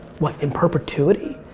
what, in perpetuity?